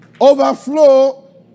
Overflow